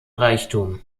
reichtum